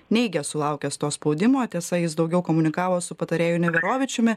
neigia sulaukęs to spaudimo tiesa jis daugiau komunikavo su patarėju neverovičiumi